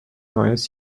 neues